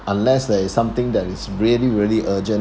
unless there is something that is really really urgent